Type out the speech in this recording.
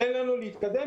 תן לנו להתקדם,